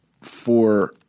for-